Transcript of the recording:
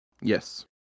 Yes